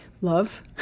Love